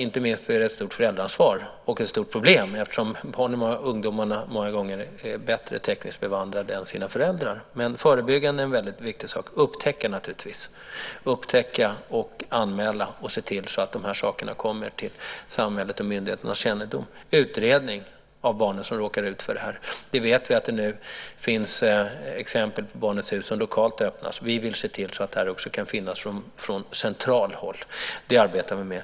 Inte minst är det ett stort föräldraansvar - och ett stort problem, eftersom barnen och ungdomarna många gånger är bättre tekniskt bevandrade än sina föräldrar. Förebyggande är dock en väldigt viktig sak, liksom naturligtvis upptäckande - att upptäcka, anmäla och se till att dessa saker kommer till samhällets och myndigheternas kännedom. Det krävs också utredning av de barn som råkar ut för det här. Vi vet till exempel att det nu öppnas lokala barnets hus. Vi vill se till att detta också kan finnas från centralt håll, och det arbetar vi med.